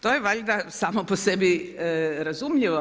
To je valjda samo po sebi razumljivo.